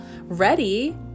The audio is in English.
ready